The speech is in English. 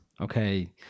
Okay